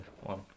one